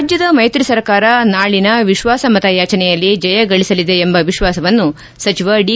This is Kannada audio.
ರಾಜ್ಯದ ಮೈತ್ರಿ ಸರ್ಕಾರ ನಾಳಿನ ವಿಶ್ವಾಸಮತಯಾಚನೆಯಲ್ಲಿ ಜಯ ಗಳಿಸಲಿದೆ ಎಂಬ ವಿಶ್ವಾಸವನ್ನು ಸಚಿವ ದಿ